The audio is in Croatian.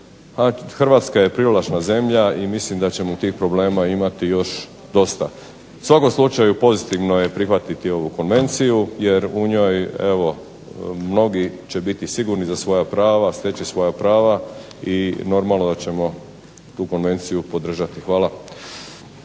Hrvatska je privlačna zemlja i mislim da ćemo tih problema imati još dosta. U svakom slučaju pozitivno je prihvatiti ovu konvenciju jer u njoj evo mnogi će biti sigurni za svoja prava, steći svoja prava i normalno da ćemo tu konvenciju podržati. Hvala.